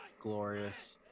Glorious